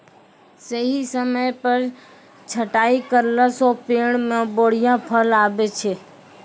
सही समय पर छंटाई करला सॅ पेड़ मॅ बढ़िया फल आबै छै